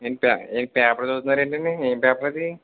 ఏంటి పేపర్ ఏంటి పేపర్ చదువుతున్నారేంటండి ఏం పేపర్ అది